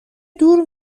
دور